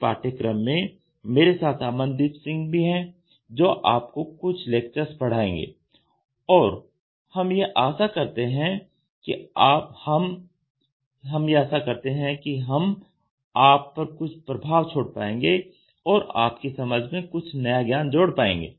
इस पाठ्यक्रम में मेरे साथ अमनदीप सिंह भी हैं जो आपको कुछ लेक्चर्स पढ़ाएंगे और हम यह आशा करते हैं कि हम आप पर कुछ प्रभाव छोड़ पायेंगे और आपकी समझ में कुछ नया ज्ञान जोड़ पायेंगे